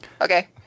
Okay